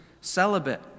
celibate